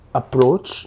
approach